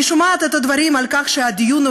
אני שומעת את הדברים על כך שהדיון הוא